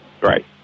Right